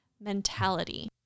mentality